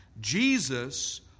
Jesus